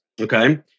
Okay